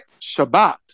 Shabbat